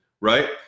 right